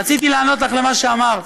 רציתי לענות לך על מה שאמרת.